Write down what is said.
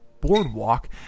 boardwalk